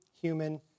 human